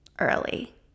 early